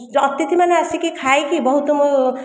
ଅତିଥିମାନେ ଆସିକି ଖାଇକି ବହୁତ ମୁଁ